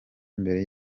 mbere